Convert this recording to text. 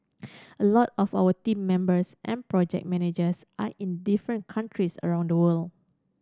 a lot of our team members and project managers are in different countries around the world